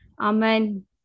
Amen